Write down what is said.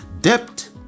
Debt